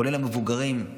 כולל המבוגרים,